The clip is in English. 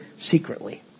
secretly